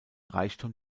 reichtum